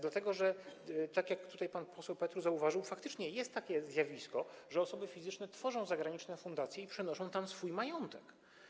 Dlatego że - tak jak tutaj zauważył pan poseł Petru - faktycznie jest takie zjawisko, że osoby fizyczne tworzą zagraniczne fundacje i przenoszą tam swój majątek.